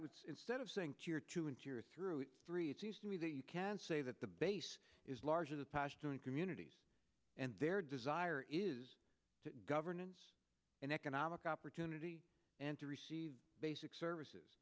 would say instead of saying here to enter through three it seems to me that you can say that the base is largely the pashtun communities and their desire is to governance and economic opportunity and to receive basic services